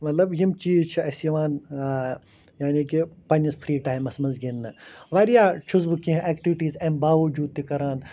مطلب یِم چیٖز چھِ اَسہِ یِوان یعنی کہِ پنٛنِس فری ٹایمَس منٛز گِنٛدنہٕ واریاہ چھُس بہٕ کیٚنہہ اٮ۪کٹِوٹیٖز اَمہِ باوجوٗد تہِ کران